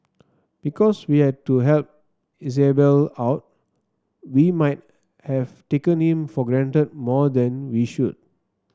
because we had to help Isabelle out we might have taken him for granted more than we should